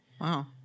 Wow